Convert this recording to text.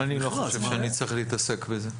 אני לא חושב שאני צריך להתעסק בזה.